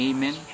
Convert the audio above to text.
Amen